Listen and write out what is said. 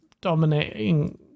dominating